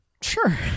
Sure